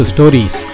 Stories